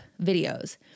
videos